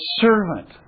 servant